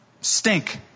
stink